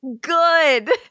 Good